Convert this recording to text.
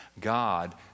God